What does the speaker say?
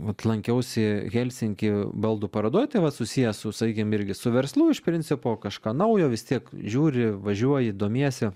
vat lankiausi helsinky baldų parodoj tai vat susiję su sakykim irgi su verslu iš principo kažką naujo vis tiek žiūri važiuoji domiesi